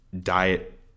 diet